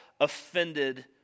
offended